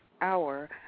hour